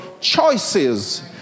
choices